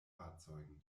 fahrzeugen